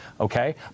okay